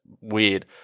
weird